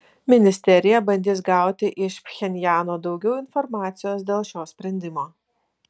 ministerija bandys gauti iš pchenjano daugiau informacijos dėl šio sprendimo